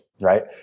right